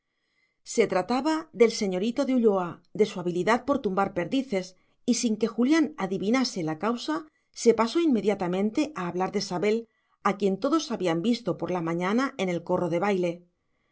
se trataba del señorito de ulloa de su habilidad para tumbar perdices y sin que julián adivinase la causa se pasó inmediatamente a hablar de sabel a quien todos habían visto por la mañana en el corro de baile